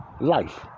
life